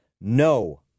No